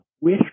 wish